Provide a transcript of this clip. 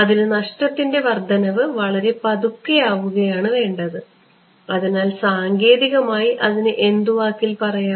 അതിനു നഷ്ടത്തിൻറെ വർദ്ധനവ് വളരെ പതുക്കെ ആവുകയാണ് വേണ്ടത് അതിനാൽ സാങ്കേതികമായി അതിനെ എന്തു വാക്കിൽ പറയാം